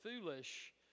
foolish